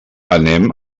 anem